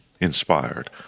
inspired